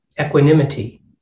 equanimity